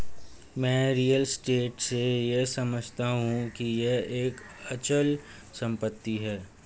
मैं real state से यह समझता हूं कि यह एक अचल संपत्ति है